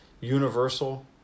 universal